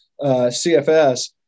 CFS